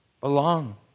belong